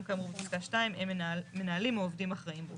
כאמור בפסקה 2 הם מנהלים או עובדים אחראים בו.